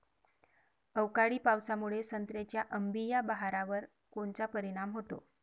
अवकाळी पावसामुळे संत्र्याच्या अंबीया बहारावर कोनचा परिणाम होतो?